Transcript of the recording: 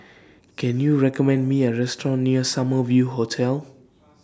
Can YOU recommend Me A Restaurant near Summer View Hotel